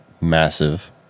massive